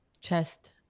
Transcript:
chest